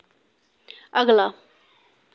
अगला